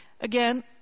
again